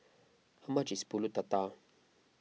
how much is Pulut Tatal